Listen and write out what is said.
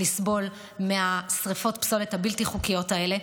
לסבול משרפות הפסולת הבלתי-חוקיות האלה.